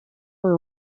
were